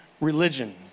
religion